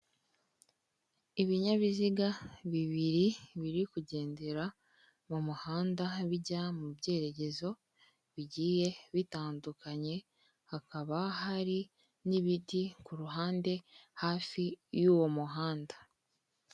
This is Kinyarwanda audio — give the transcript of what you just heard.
Ibinyabiziga bibiri biri kugendera mu muhanda bijya mu byerekezo bigiye bitandukanye hakaba hari n'ibitii ku ruhande hafi y'uwo muhanda.